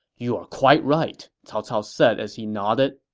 you're quite right, cao cao said as he nodded